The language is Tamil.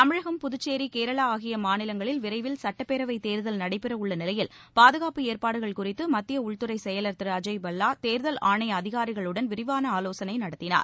தமிழகம் புதுச்சேரி கேரளா ஆகிய மாநிலங்களில் விரைவில் சுட்டப்பேரவை தேர்தல் நடைபெறவுள்ள நிலையில் பாதுகாப்பு ஏற்பாடுகள் குறித்து மத்திய உள்துறை செயலர் திரு அஜய் பல்லா தேர்தல் ஆணைய அதிகாரிகளுடன் விரிவான ஆலோசனை நடத்தினார்